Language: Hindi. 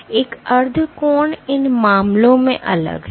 यह अर्ध कोण इन मामलों में अलग है